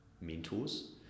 mentors